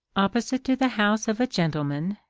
opposite to the house of a gentleman,